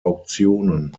auktionen